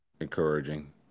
Encouraging